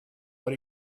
but